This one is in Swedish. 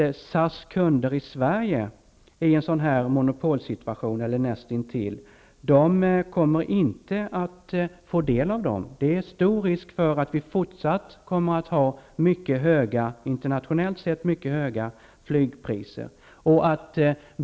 SAS kunder i Sverige, i en situation som näst intill är en monopolsituation, kommer inte få del att de vinsterna. Det är stor risk för att Sverige även i fortsättningen kommer att ha internationellt sett mycket höga flygpriser.